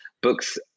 books